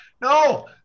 No